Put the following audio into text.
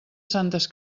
santes